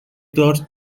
دارت